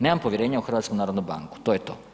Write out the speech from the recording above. Nemam povjerenja u HNB, to je to.